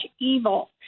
evil